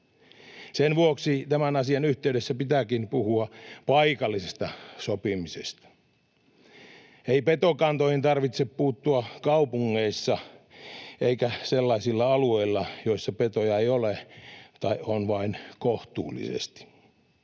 Sen vuoksi tämän asian yhteydessä pitääkin puhua paikallisesta sopimisesta. Ei petokantoihin tarvitse puuttua kaupungeissa eikä sellaisilla alueilla, joissa petoja ei ole tai on vain kohtuullisesti,